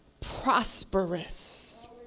prosperous